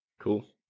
Cool